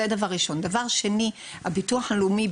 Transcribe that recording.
הביטוח הלאומי,